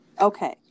Okay